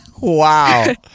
Wow